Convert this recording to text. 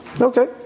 Okay